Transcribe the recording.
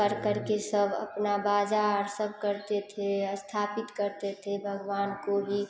कर करके सब अपना बाजा और सब करते थे अस्थापित करते थे भगवान को भी